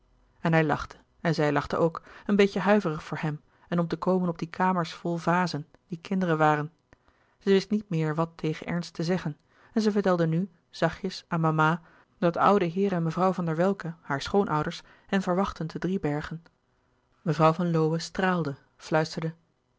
en hij lachte en zij lachte ook een beetje huiverig voor hem en om te komen op die kamers vol vazen die kinderen waren zij wist niet meer wat tegen ernst te zeggen en zij vertelde nu zachtjes aan mama dat de oude heer en mevrouw van welcke haar schoonouders hen verwachtten te driebergen mevrouw van lowe straalde fluisterde